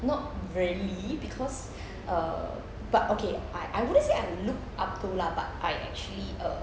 not really because err but okay I I wouldn't say I look up to lah but I actually err